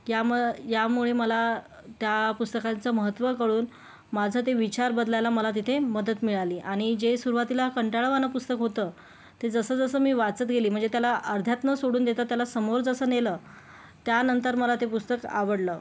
yam यामुळे मला त्या पुस्तकाचं महत्त्व कळून माझं ते विचार बदलायला मला तेथे मदत मिळाली आणि जे सुरवातीला कंटाळवाणं पुस्तक होतं ते जसं जसं मी वाचत गेले म्हणजे त्याला अर्ध्यात न सोडून देता त्याला समोर जसं नेलं त्यानंतर मला ते पुस्तक आवडलं